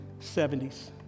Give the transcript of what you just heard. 70s